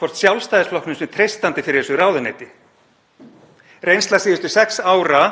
hvort Sjálfstæðisflokknum sé treystandi fyrir þessu ráðuneyti. Reynsla síðustu sex ára,